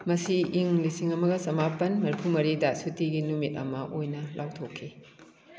ꯃꯁꯤ ꯏꯪ ꯂꯤꯁꯤꯡ ꯑꯃꯒ ꯆꯃꯥꯄꯜ ꯃꯔꯤꯐꯨ ꯃꯔꯤꯗ ꯁꯨꯇꯤꯒꯤ ꯅꯨꯃꯤꯠ ꯑꯃ ꯑꯣꯏꯅ ꯂꯥꯎꯊꯣꯛꯈꯤ